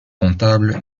comptable